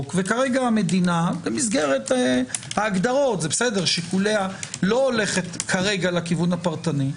וכרגע המדינה במסגרת ההגדרות - שיקוליה לא הולכת כרגע לכיוון הפרטני,